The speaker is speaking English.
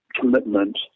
commitment